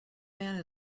man